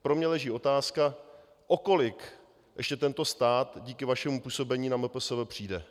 Pro mě leží otázka, o kolik ještě tento stát díky vašemu působení na MPSV přijde.